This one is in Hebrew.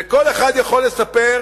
וכל אחד יכול לספר,